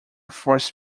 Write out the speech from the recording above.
force